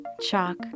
Chalk